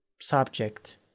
subject